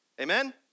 Amen